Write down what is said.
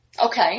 Okay